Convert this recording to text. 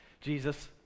Jesus